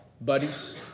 Buddies